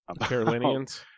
Carolinians